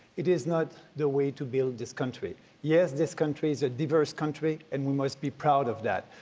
it is not the way to build this country. yes, this country is a diverse country, and we must be proud of that.